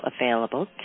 available